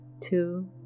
Two